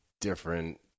different